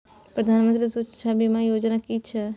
प्रधानमंत्री सुरक्षा बीमा योजना कि छिए?